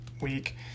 week